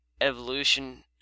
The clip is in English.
Evolution